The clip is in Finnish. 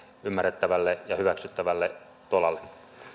ymmärrettävälle ja hyväksyttävälle tolalle